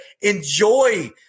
enjoy